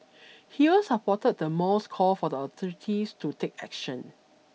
he also supported the mall's call for the authorities to take action